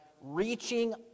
reaching